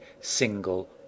single